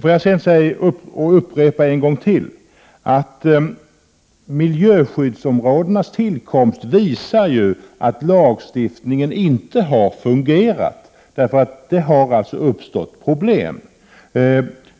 Får jag upprepa att miljöskyddsområdenas tillkomst visar att lagstiftningen inte har fungerat och att det alltså har uppstått problem.